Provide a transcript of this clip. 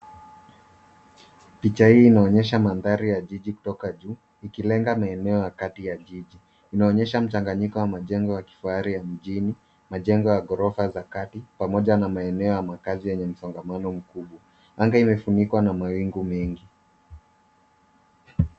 Picha hii inaonyesha mandhari ya jiji kutoka juu ikilenga maeneo ya kati ya jiji inaonyesha mchanganyiko ya majengo ya kifahari, mjini majengo ya ghorofa za kati pamoja na maeneo ya makazi yenye msongamano mkubwa anga imefunikwa na mawingu mengi.